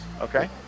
Okay